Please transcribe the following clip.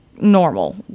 normal